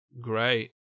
Great